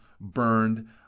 burned